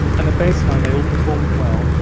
and at baseline they all performed well.